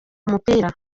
umupira